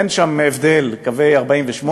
אין שם הבדל: קווי 48',